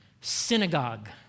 synagogue